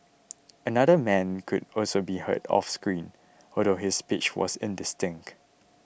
another man could also be heard off screen although his speech was indistinct